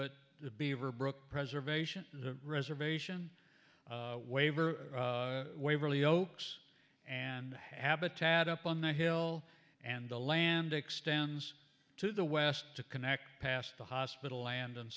it the beaverbrook preservation the reservation waiver waverley oaks and habitat up on the hill and the land extends to the west to connect past the hospital and and